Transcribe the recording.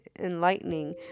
enlightening